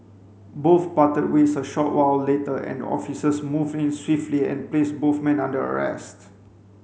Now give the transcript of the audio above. both parted ways a short while later and officers moved in swiftly and placed both men under arrest